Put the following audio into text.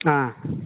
ஆ